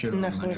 נכון.